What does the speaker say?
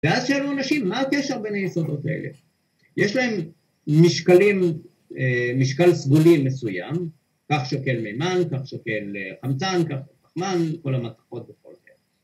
‫ואז שאלו אנשים, ‫מה הקשר בין היסודות האלה? ‫יש להם משקלים, משקל סגולי מסוים, ‫כך שוקל מימן, כך שוקל חמצן, ‫כך שוקל חמצן, ‫כל המתכות וכל..